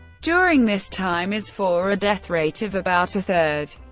during this time, is for a death rate of about a third.